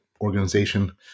organization